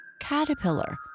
Caterpillar